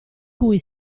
cui